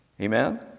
amen